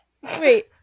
Wait